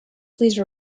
please